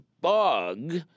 bug